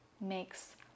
makes